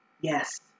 Yes